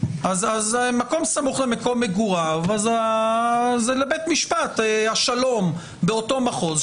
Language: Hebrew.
מקום סמוך למקום מגוריו זה לבית משפט השלום באותו מחוז,